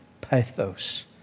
pathos